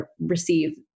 receive